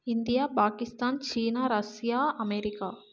India Pakistan China Russia America